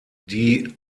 die